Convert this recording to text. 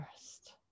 first